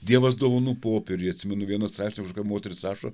dievas dovanų popieriuj atsimenu vieno straipsnio kažkokia moteris rašo